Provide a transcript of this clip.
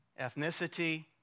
ethnicity